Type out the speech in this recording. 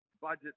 budget